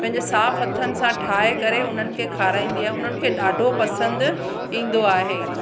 पंहिंजे साफ़ हथनि सां ठाहे करे उन्हनि खे खाराईंदी आहियां उन्हनि खे ॾाढो पसंदि ईंदो आहे